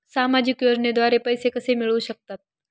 सामाजिक योजनेद्वारे पैसे कसे मिळू शकतात?